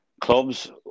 Clubs